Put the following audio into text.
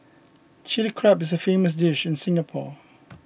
Chilli Crab is a famous dish in Singapore